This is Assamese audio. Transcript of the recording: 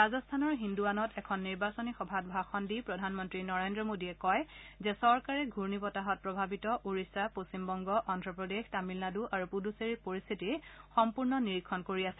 ৰাজস্থানৰ হিন্দুৱানত এখন নিৰ্বাচনী সভাত ভাষণ দি প্ৰধানমন্ত্ৰী নৰেন্দ্ৰ মোডীয়ে কয় যে চৰকাৰে ঘূৰ্ণী বতাহত প্ৰভাৱিত ওডিশা পশ্চিমবংগ অভ্ৰপ্ৰদেশ তামিলনাডু আৰু পুড্ডুচেৰীৰ পৰিস্থিতি সম্পূৰ্ণ নিৰীক্ষণ কৰি আছে